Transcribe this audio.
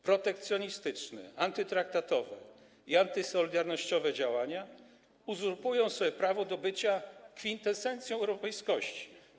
Protekcjonistyczne, antytraktatowe i antysolidarnościowe działania uzurpują sobie prawo do bycia kwintesencją europejskości.